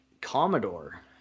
Commodore